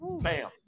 bam